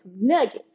nuggets